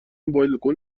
بالکن